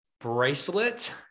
bracelet